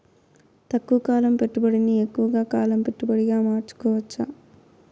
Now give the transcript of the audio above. తక్కువ కాలం పెట్టుబడిని ఎక్కువగా కాలం పెట్టుబడిగా మార్చుకోవచ్చా?